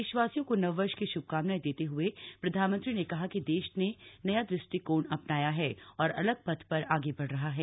देशवासियों को नव वर्ष की श्भकामनाएं देते हूए प्रधानमंत्री ने कहा कि देश ने नया दृष्टिकोण अपनाया है और अलग पथ पर आगे बढ़ रहा है